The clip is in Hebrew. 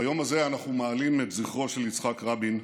ביום הזה אנחנו מעלים את זכרו של יצחק רבין,